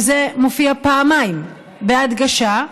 וזה מופיע פעמיים בהדגשה,